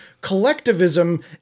collectivism